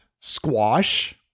Squash